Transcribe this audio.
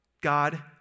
God